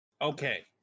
Okay